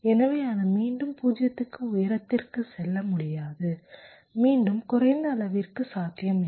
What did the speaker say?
எனவே அது மீண்டும் 0 க்கு உயரத்திற்கு செல்ல முடியாது மீண்டும் குறைந்த அளவிற்கு சாத்தியமில்லை